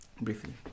briefly